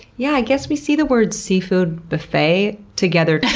yeah, i guess we see the words, seafood buffet, together